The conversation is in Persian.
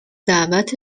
دعوت